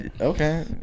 Okay